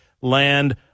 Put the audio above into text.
land